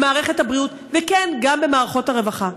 במערכת הבריאות, וכן, גם במערכות הרווחה.